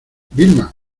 vilma